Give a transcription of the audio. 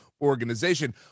organization